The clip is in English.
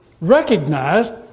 recognized